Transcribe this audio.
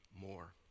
more